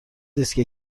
دیسک